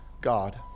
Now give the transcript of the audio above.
God